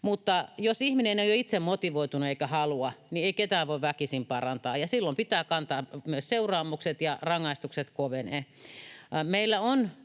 mutta jos ihminen ei ole itse motivoitunut eikä halua, niin ei ketään voi väkisin parantaa, ja silloin pitää kantaa myös seuraamukset ja rangaistukset kovenevat.